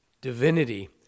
divinity